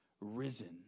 risen